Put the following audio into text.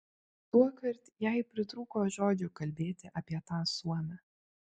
tuokart jai pritrūko žodžių kalbėti apie tą suomę